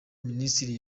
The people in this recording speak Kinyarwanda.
minisitiri